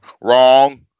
Wrong